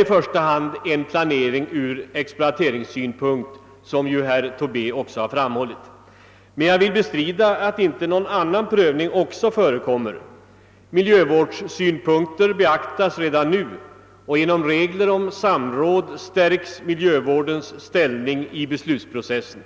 i första hand innebär en planering från <exploateringssynpunkt, såsom herr Tobé också har framhållit här. Jag vill emellertid bestrida att inte någon annan prövning förekommer. Miljövårdssynpunkter beaktas redan nu, och genom regler om samråd stärks miljövårdens ställning i beslutsprocessen.